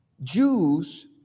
Jews